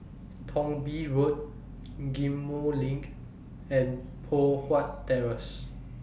Thong Bee Road Ghim Moh LINK and Poh Huat Terrace